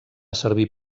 servir